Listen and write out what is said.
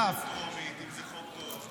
תעבירו אותו בטרומית, אם זה חוק טוב.